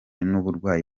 n’uburwayi